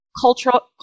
cultural